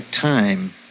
time